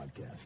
Podcast